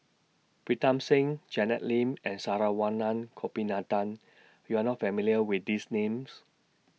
Pritam Singh Janet Lim and Saravanan Gopinathan YOU Are not familiar with These Names